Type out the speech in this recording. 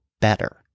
better